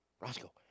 Roscoe